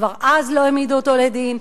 כבר אז לא העמידו אותו לדין,